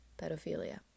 pedophilia